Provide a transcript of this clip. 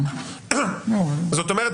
זאת אומרת,